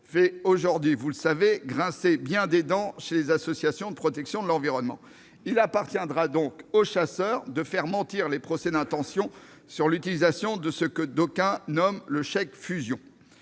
fait aujourd'hui, vous le savez, grincer bien des dents chez les associations de protection de l'environnement. Il appartiendra donc aux chasseurs de faire mentir les procès d'intention sur l'utilisation de ce que d'aucuns dénomment « le chèque fusion